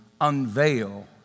unveil